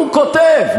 והוא כותב,